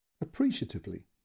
appreciatively